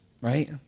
right